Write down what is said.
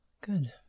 Good